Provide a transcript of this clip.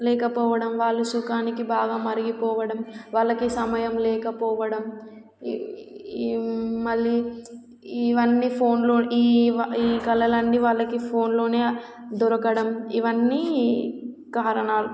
లేకపోవడం వాళ్ళు సుఖానికి బాగా మరిగిపోవడం వాళ్ళకి సమయం లేకపోవడం మళ్ళీ ఇవన్నీ ఫోన్లో ఈ ఈ కళలన్నీ వాళ్ళకి ఫోన్లోనే దొరకడం ఇవన్నీ కారణాలు